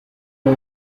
uyu